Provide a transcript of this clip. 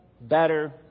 better